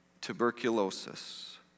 tuberculosis